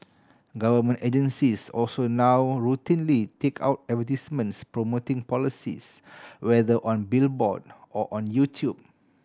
government agencies also now routinely take out advertisements promoting policies whether on billboard or on YouTube